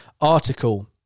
article